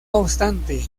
obstante